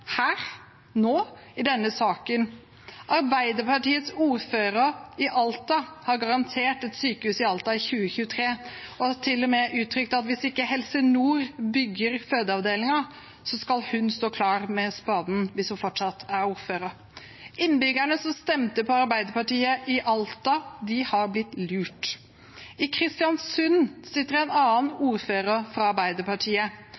her og nå, i denne saken. Arbeiderpartiets ordfører i Alta har garantert et sykehus i Alta i 2023. Hun har til og med uttrykt at hvis ikke Helse Nord bygger fødeavdelingen, skal hun stå klar med spaden, hvis hun fortsatt er ordfører. Innbyggerne som stemte på Arbeiderpartiet i Alta, har blitt lurt. I Kristiansund sitter en annen